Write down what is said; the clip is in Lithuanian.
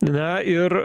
na ir